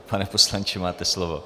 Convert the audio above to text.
Pane poslanče, máte slovo.